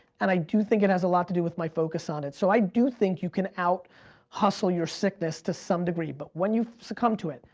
and i do think it has a lot to do with my focus on it, so i do think you can out-hustle your sickness to some degree, but when you succumb to it,